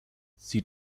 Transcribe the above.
sie